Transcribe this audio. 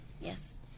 Yes